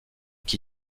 qui